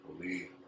believe